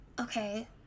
okay